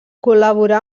col·laborà